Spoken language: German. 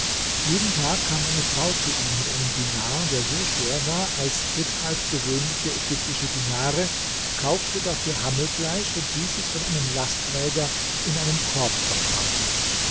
jeden tag kam eine frau zu ihm mit einem dinar der so schwer war als dritthalb gewöhnliche ägyptische dinare kaufte dafür hammelfleisch und ließ es von einem lastträger in einem korb